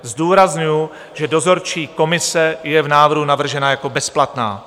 Zdůrazňuji, že dozorčí komise je v návrhu navržena jako bezplatná.